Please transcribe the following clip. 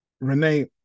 Renee